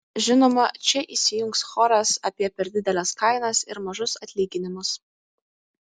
žinoma čia įsijungs choras apie per dideles kainas ir mažus atlyginimus